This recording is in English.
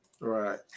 Right